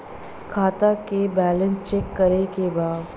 खाता का balance check करे के बा?